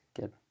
Good